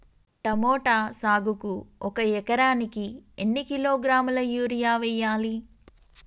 Tomato సాగుకు ఒక ఎకరానికి ఎన్ని కిలోగ్రాముల యూరియా వెయ్యాలి?